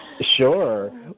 Sure